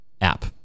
app